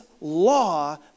law